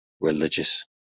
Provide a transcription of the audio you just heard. religious